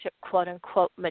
quote-unquote